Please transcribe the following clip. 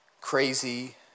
crazy